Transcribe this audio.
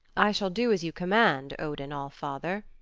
i shall do as you command, odin all-father,